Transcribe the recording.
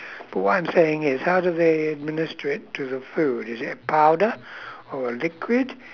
but what I'm saying is how do they administer it to the food is it a powder or a liquid